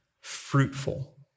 fruitful